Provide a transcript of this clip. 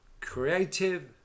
creative